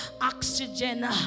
oxygen